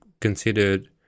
considered